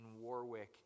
Warwick